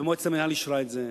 ומועצת המינהל אישרה את זה,